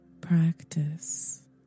practice